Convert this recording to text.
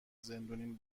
زندونیم